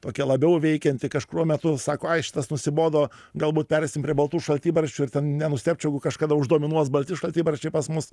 tokia labiau veikianti kažkuriuo metu sako ai šitas nusibodo galbūt pereisim prie baltų šaltibarščių ir ten nenustebčiau kažkada uždominuos balti šaltibarščiai pas mus